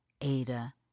Ada